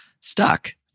stuck